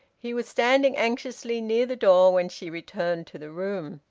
he was standing anxiously near the door when she returned to the room.